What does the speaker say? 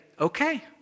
okay